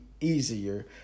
easier